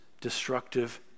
destructive